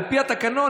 על פי התקנון,